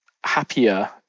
happier